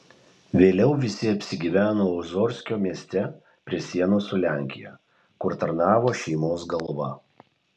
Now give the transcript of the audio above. vėliau visi apsigyveno oziorsko mieste prie sienos su lenkija kur tarnavo šeimos galva